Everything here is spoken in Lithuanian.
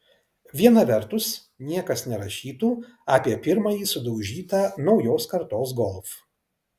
viena vertus niekas nerašytų apie pirmąjį sudaužytą naujos kartos golf